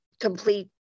complete